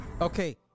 Okay